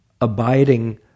abiding